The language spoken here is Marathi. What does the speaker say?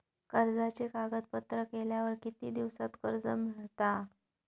कर्जाचे कागदपत्र केल्यावर किती दिवसात कर्ज मिळता?